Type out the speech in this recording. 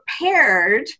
prepared